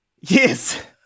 Yes